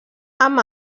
amb